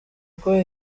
uko